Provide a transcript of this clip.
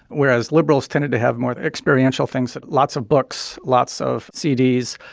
whereas liberals tended to have more experiential things lots of books, lots of cds,